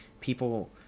people